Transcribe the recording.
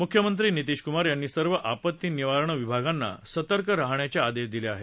मुख्यमंत्री नितीश कुमार यांनी सर्व आपत्ती निवारण विभागांना सतर्क राहण्याचे आदेश दिले आहेत